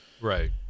Right